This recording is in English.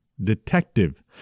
detective